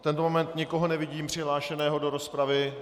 V tento moment nikoho nevidím přihlášeného do rozpravy.